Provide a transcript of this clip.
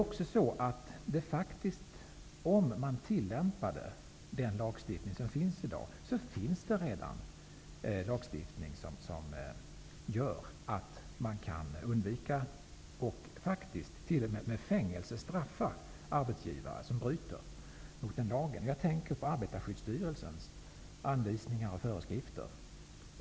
Om man tillämpade den lagstiftning som finns redan i dag hade man kunnat undvika rökning på arbetsplatser och med fängelse straffa arbetsgivare som bryter mot lagen. Jag tänker på Arbetarskyddsstyrelsens anvisningar och föreskrifter.